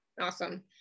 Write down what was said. Awesome